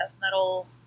metal